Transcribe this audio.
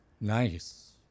Nice